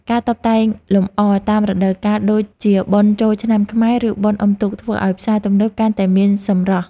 ការតុបតែងលម្អតាមរដូវកាលដូចជាបុណ្យចូលឆ្នាំខ្មែរឬបុណ្យអុំទូកធ្វើឱ្យផ្សារទំនើបកាន់តែមានសម្រស់។